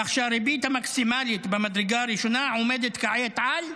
וכך הריבית המקסימלית במדרגה הראשונה עומדת כעת על 14.4%,